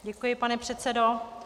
Děkuji, pane předsedo.